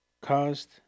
caused